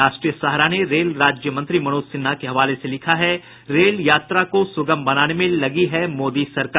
राष्ट्रीय सहारा ने रेल राज्य मंत्री मनोज सिन्हा के हवाले से लिखा है रेल यात्रा को सुगम बनाने में लगी है मोदी सरकार